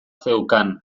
zeukan